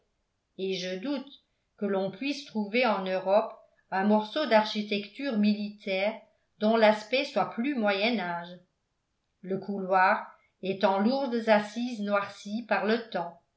et je doute que l'on puisse trouver en europe un morceau d'architecture militaire dont l'aspect soit plus moyen âge le couloir est en lourdes assises noircies par le temps